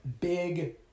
Big